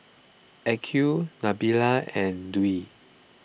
Aqil Nabila and Dwi